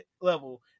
level